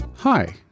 Hi